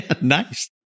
nice